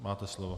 Máte slovo.